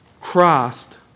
Christ